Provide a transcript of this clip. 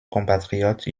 compatriote